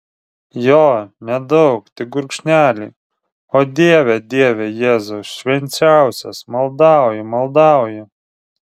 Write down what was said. jo nedaug tik gurkšnelį o dieve dieve jėzau švenčiausias maldauju maldauju